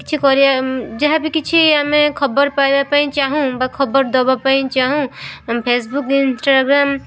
କିଛି କରିବା ଯାହା ବି କିଛି ଆମେ ଖବର ପାଇବା ପାଇଁ ଚାହୁଁ ବା ଖବର ଦେବା ପାଇଁ ଚାହୁଁ ଫେସବୁକ୍ ଇନଷ୍ଟାଗ୍ରାମ୍